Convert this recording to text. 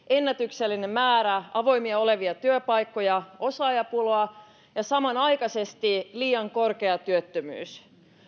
ennätyksellinen määrä avoimena olevia työpaikkoja osaajapulaa ja samanaikaisesti liian korkea työttömyys